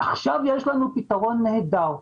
עכשיו יש לנו פתרון נהדר.